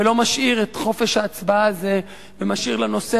ולא משאיר את חופש ההצבעה הזה ומשאיר לנושא